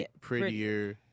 prettier